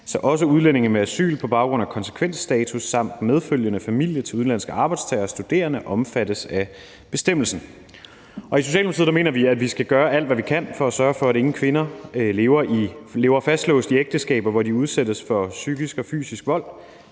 så også udlændinge med asyl på baggrund af konsekvensstatus samt medfølgende familie til udenlandske arbejdstagere og studerende omfattes af bestemmelsen. I Socialdemokratiet mener vi, at vi skal gøre alt, hvad vi kan, for at sørge for, at ingen kvinder lever fastlåst i ægteskaber, hvor de udsættes for psykisk og fysisk vold.